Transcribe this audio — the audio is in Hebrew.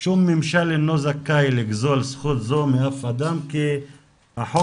שום ממשל אינו זכאי לגזול זכות זו מאף אדם כי החוק